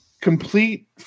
complete